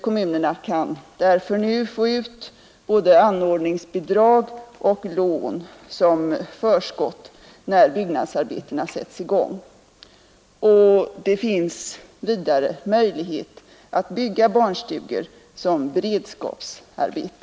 Kommunerna kan därför nu få ut både anordningsbidrag och lån som förskott när byggnadsarbetena sätts i gång. Det finns vidare möjlighet att bygga barnstugor som beredskapsarbete.